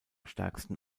stärksten